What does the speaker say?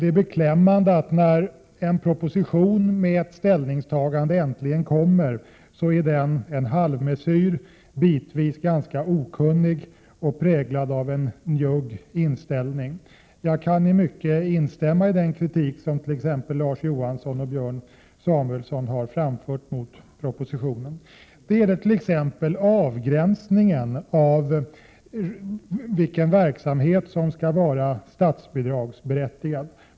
Det är beklämmande att när en proposition med ett ställningstagande äntligen kommer, är den en halvmesyr, bitvis ganska okunnig och präglad av en njugg inställning. Jag kan i mycket instämma i den kritik som t.ex. Larz Johansson och Björn Samuelson har framfört mot propositionen. Det gäller t.ex. avgränsningen av vilken verksamhet som skall vara statsbidragsberättigad.